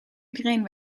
iedereen